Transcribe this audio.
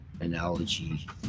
analogy